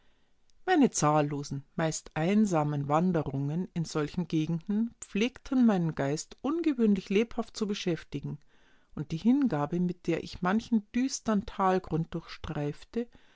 meine zahllosen meist einsamen wanderungen in solchen gegenden pflegten meinen geist ungewöhnlich lebhaft zu beschäftigen und die hingabe mit der ich manchen düstern talgrund durchstreifte